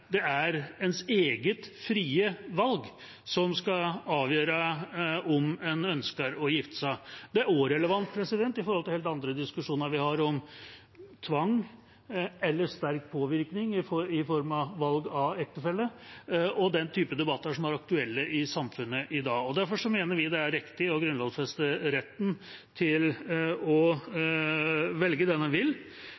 det er ens eget frie valg som skal avgjøre om en ønsker å gifte seg. Det er også relevant med tanke på helt andre diskusjoner vi har om tvang eller sterk påvirkning når det gjelder valg av ektefelle, og den type debatter som er aktuelle i samfunnet i dag. Derfor mener vi det er riktig å grunnlovfeste retten til å